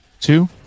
two